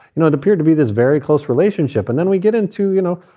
you know it appeared to be this very close relationship. and then we get into, you know,